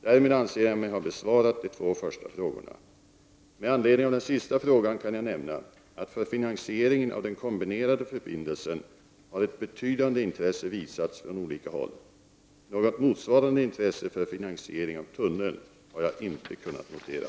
Därmed anser jag mig ha besvarat de två första frågorna. Med anledning av den sista frågan kan jag nämna att för finansieringen av den kombinerande förbindelsen har ett betydande intresse visats från olika håll. Något motsvarande intresse för finansiering av tunneln har jag inte kunnat notera.